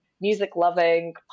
music-loving